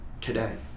today